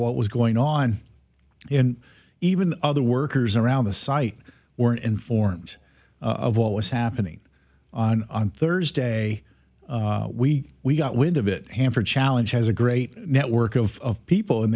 what was going on and even other workers around the site weren't informed of what was happening on thursday we we got wind of it hampered challenge has a great network of people and